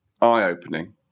eye-opening